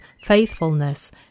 faithfulness